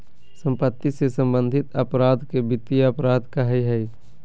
सम्पत्ति से सम्बन्धित अपराध के वित्तीय अपराध कहइ हइ